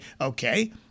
okay